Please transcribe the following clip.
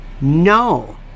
No